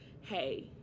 hey